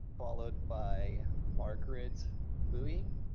followed by margaret louie.